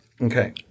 Okay